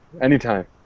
Anytime